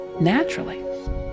naturally